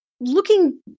looking